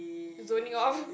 zoning off